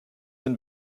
den